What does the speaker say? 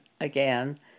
again